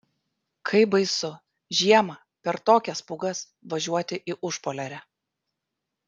kaip baisu žiemą per tokias pūgas važiuoti į užpoliarę